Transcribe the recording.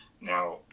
Now